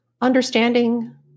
understanding